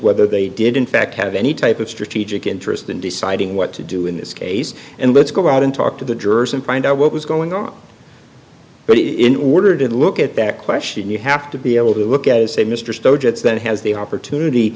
whether they did in fact have any type of strategic interest in deciding what to do in this case and let's go out and talk to the jurors and find out what was going on but it in order to look at that question you have to be able to look at is a mystery that has the opportunity